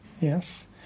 Yes